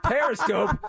Periscope